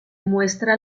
muestra